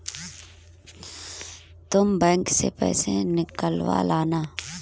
तुम बैंक से पैसे निकलवा लाना